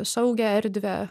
saugią erdvę